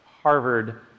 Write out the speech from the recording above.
Harvard